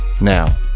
Now